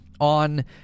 on